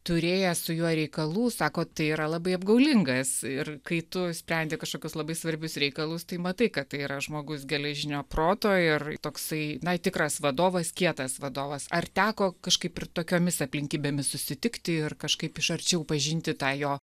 turėjęs su juo reikalų sako tai yra labai apgaulingas ir kai tu sprendi kažkokius labai svarbius reikalus tai matai kad tai yra žmogus geležinio proto ir toksai na tikras vadovas kietas vadovas ar teko kažkaip ir tokiomis aplinkybėmis susitikti ir kažkaip iš arčiau pažinti tą jo